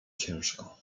ciężko